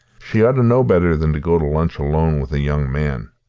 she ought to know better than to go to lunch alone with a young man,